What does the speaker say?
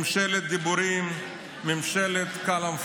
ממשלת דיבורים, ממשלת כלאם פאדי.